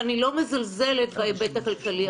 ואני לא מזלזלת בהיבט הכלכלי,